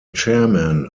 chairman